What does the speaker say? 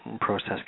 process